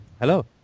Hello